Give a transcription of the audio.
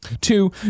Two